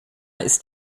ist